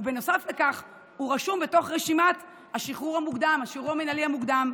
ונוסף לכך הוא רשום בתוך השחרור המינהלי המוקדם,